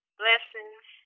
blessings